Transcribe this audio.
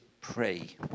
Pray